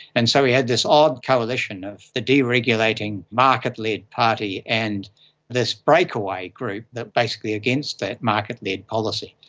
and so we had this odd coalition of the deregulating market led party and this breakaway group that was basically against that market led policy.